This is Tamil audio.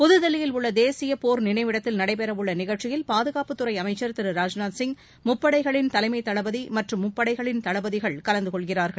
புதுதில்லியில் உள்ள தேசிய போர் நினைவிடத்தில் நடைபெற உள்ள நிகழ்ச்சியில் பாதுகாப்புத்துறை அமைச்சர் திரு ராஜ்நாத்சிங் முப்படைகளின் தலைமை தளபதி மற்றும் முப்படைகளின் தளபதிகள் கலந்து கொள்கிறார்கள்